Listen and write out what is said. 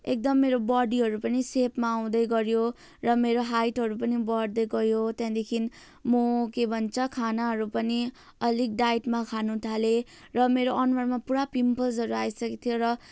एकदम मेरो बडीहरू पनि सेप पाउँदै गर्यो र मेरो हाइटहरू पनि बढ्दै गयो त्यहाँदेखि म के भन्छ खानाहरू पनि अलिक डायटमा खान थालेँ र मेरो अनुहारमा पुरा पिम्पल्सहरू आइसकेको थियो र